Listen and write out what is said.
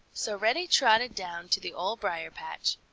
so reddy trotted down to the old briar-patch.